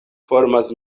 formas